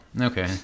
Okay